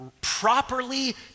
properly